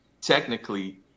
technically